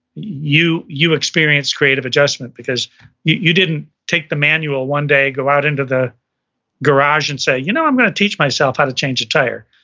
you you experienced creative adjustment because you didn't take the manual one day. go out into the garage and say, you know, i'm gonna teach myself how to change a tire.